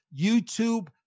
YouTube